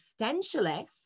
existentialist